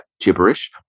gibberish